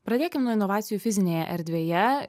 pradėkim nuo inovacijų fizinėje erdvėje